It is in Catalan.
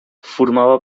formava